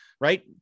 right